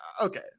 Okay